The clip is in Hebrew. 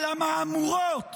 על המהמורות